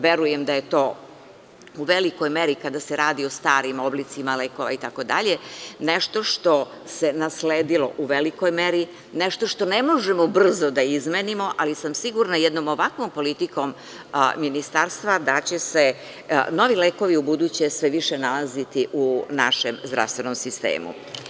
Verujem da je to u velikoj meri, kada se radi o starim oblicima lekova itd, nešto što se nasledilo u velikoj meri, nešto što ne možemo brzo da izmenimo, ali sam sigurna da jednom ovakvom politikom ministarstva da će se novi lekovi ubuduće sve više nalaziti u našem zdravstvenom sistemu.